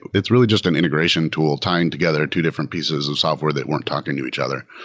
it's really just an integration tool tying together two different pieces of software that weren't talking to each other.